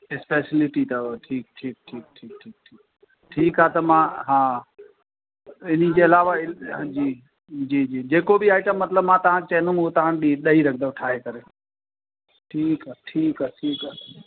speciality अथव ठीकु ठीकु ठीकु ठीकु ठीकु ठीकु ठीकु आहे त मां हा हिनजे अलावा जी जी जी जेको बि आइटम मतलबु मां तव्हांखे चईंदमि उहा तव्हां ॾी ॾेई रखंदव ठाहे करे ठीकु आहे ठीकु आहे ठीकु आहे